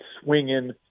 swinging